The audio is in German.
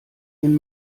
den